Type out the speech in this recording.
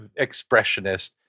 expressionist